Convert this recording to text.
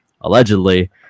allegedly